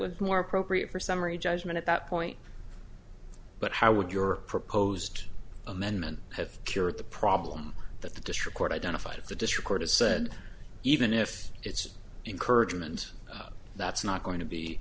was more appropriate for summary judgment at that point but how would your proposed amendment have cured the problem that the district court identified as the district court has said even if it's encouraging and that's not going to be